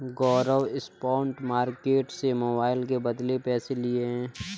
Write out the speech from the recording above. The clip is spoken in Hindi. गौरव स्पॉट मार्केट से मोबाइल के बदले पैसे लिए हैं